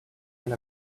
and